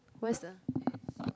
where is the